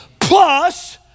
Plus